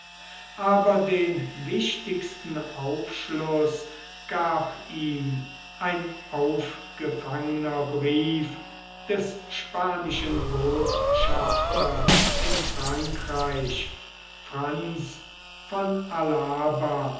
aber den wichtigsten aufschluß gab ihm ein aufgefangener brief des spanischen botschafters in frankreich franz von alava